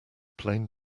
plain